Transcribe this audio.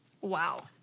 Wow